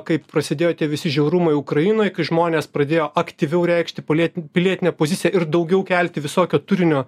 kaip prasėdėjo tie visi žiaurumai ukrainoj kai žmonės pradėjo aktyviau reikšti pilie pilietinę poziciją ir daugiau kelti visokio turinio